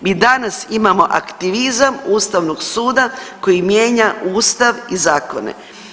Mi danas imamo aktivizam Ustavnog suda koji mijenja Ustav i zakone.